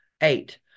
Eight